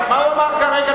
מה הוא אמר כרגע?